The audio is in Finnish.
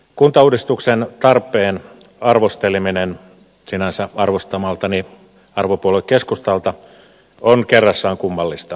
kuntauudistuksen tarpeen arvosteleminen sinänsä arvostamaltani arvopuolue keskustalta on kerrassaan kummallista